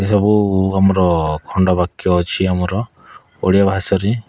ଏସବୁ ଆମର ଖଣ୍ଡବାକ୍ୟ ଅଛି ଆମର ଓଡ଼ିଆ ଭାଷାରେ